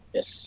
Yes